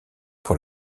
pour